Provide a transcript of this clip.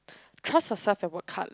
trust yourself and work hard